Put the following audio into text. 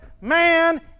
man